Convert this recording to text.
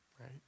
right